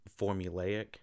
formulaic